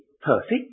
perfect